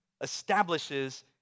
establishes